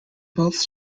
both